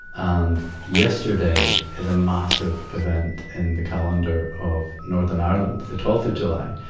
and yesterday is a massive event in the calendar of northern ireland. the twelfth of july,